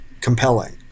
compelling